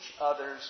others